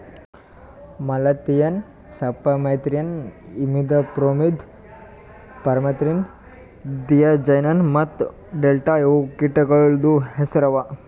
malathion, cypermethrin, imidacloprid, permethrin, diazinon ಮತ್ತ delta ಇವು ಕೀಟಗೊಳ್ದು ಹೆಸುರ್ ಅವಾ